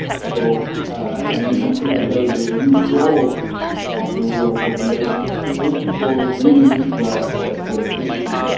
so and we can see that there is a huge growth of the rural population. so those people will need to have access to electricity,